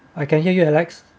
I can hear you alex